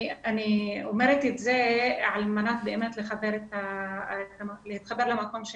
אני אומרת את זה על מנת להתחבר למקום של